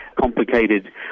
complicated